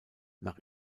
nach